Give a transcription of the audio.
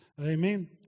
Amen